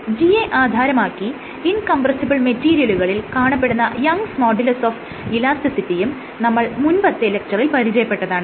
G യെ ആധാരമാക്കി incompressible മെറ്റീരിയലുകളിൽ കാണപ്പെടുന്ന യങ്സ് മോഡുലസ് ഓഫ് ഇലാസ്റ്റിസിറ്റിയും Young's Modulus of Elasticity നമ്മൾ മുൻപത്തെ ലെക്ച്ചറിൽ പരിചയപ്പെട്ടതാണ്